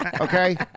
Okay